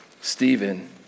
Stephen